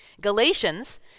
Galatians